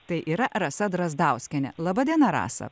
tai yra rasa drazdauskienė laba diena rasa